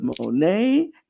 Monet